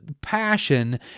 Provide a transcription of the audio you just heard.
passion